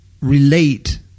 relate